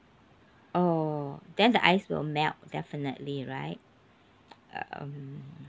oh then the ice will melt definitely right um